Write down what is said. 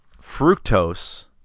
fructose